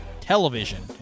television